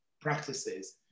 practices